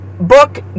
book